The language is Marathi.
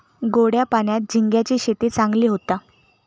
गोड्या पाण्यात झिंग्यांची शेती चांगली होता